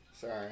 sorry